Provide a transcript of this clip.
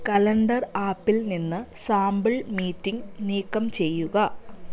calendar ആപ്പിൽ നിന്ന് sample meeting നീക്കം ചെയ്യുക